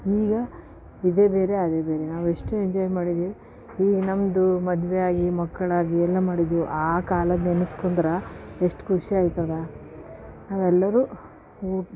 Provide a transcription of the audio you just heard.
ಈಗ ಇದೆ ಬೇರೆ ಅದೆ ಬೇರೆ ನಾವು ಎಷ್ಟೇ ಎಂಜಾಯ್ ಮಾಡಿದ್ದೀವಿ ಈಗ ನಮ್ಮದು ಮದುವೆ ಆಗಿ ಮಕ್ಕಳಾಗಿ ಎಲ್ಲ ಮಾಡಿದ್ದೀವಿ ಆ ಕಾಲ ನೆನೆಸ್ಕೊಂಡ್ರೆ ಎಷ್ಟು ಖುಷಿಯಾಯ್ತದ ನಾವೆಲ್ಲರು